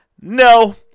no